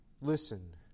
listen